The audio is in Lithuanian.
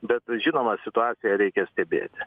bet žinoma situaciją reikia stebėti